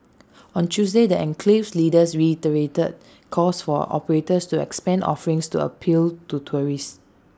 on Tuesday the enclave's leaders reiterated calls for operators to expand offerings to appeal to tourists